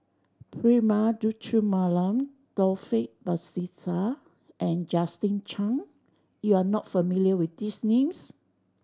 Prema Letchumanan Taufik Batisah and Justin Zhuang you are not familiar with these names